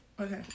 Okay